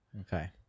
okay